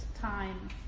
time